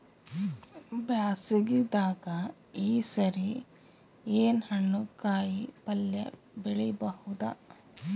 ಬ್ಯಾಸಗಿ ದಾಗ ಈ ಸರಿ ಏನ್ ಹಣ್ಣು, ಕಾಯಿ ಪಲ್ಯ ಬೆಳಿ ಬಹುದ?